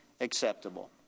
acceptable